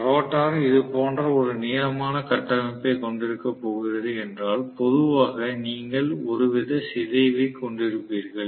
rotor இது போன்ற ஒரு நீளமான கட்டமைப்பைக் கொண்டிருக்கப் போகிறது என்றால் பொதுவாக நீங்கள் ஒரு வித சிதைவைக் கொண்டிருப்பீர்கள்